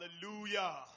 Hallelujah